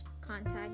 contact